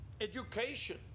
education